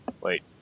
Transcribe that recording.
Wait